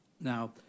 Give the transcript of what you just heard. Now